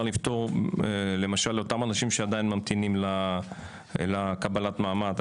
לפטור אותם אנשים שעדיין ממתינים לקבלת מעמד.